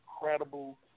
incredible